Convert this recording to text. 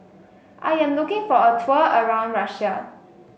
I am looking for a tour around Russia